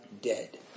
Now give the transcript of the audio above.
dead